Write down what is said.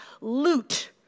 Loot